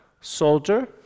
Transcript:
soldier